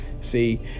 see